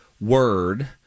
word